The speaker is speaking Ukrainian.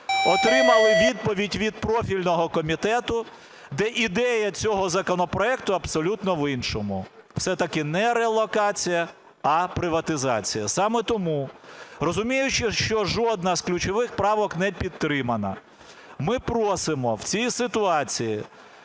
отримали відповідь від профільного комітету, де ідея цього законопроекту абсолютно в іншому: все-таки не релокація, а приватизація. Саме тому, розуміючи, що жодна з ключових правок не підтримана, ми просимо в цій ситуації